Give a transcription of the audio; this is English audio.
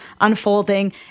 unfolding